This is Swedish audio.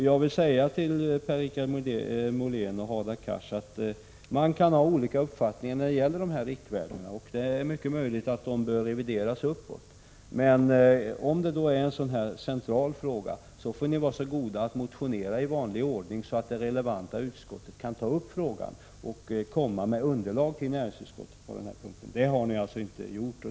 Jag vill säga till Per-Richard Molén och Hadar Cars att man kan ha olika uppfattningar när det gäller dessa riktvärden och att det är möjligt att de behöver revideras uppåt. Men om frågan nu är av sådan central betydelse, får ni vara så goda att motionera i vanlig ordning, så att det relevanta utskottet kan ta upp frågan och komma med underlag till näringsutskottet på denna punkt. Det har ni alltså inte gjort.